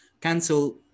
Cancel